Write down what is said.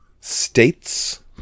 states